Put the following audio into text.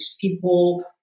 people